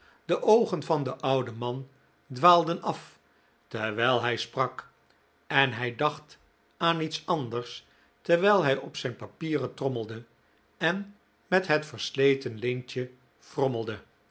de oogen van den ouden man dwaalden af terwijl hij sprak en hij dacht aan iets anders terwijl hij op zijn papieren trommelde en met het versleten lintje frommelde